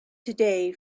today